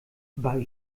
bei